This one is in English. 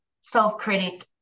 self-critic